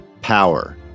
Power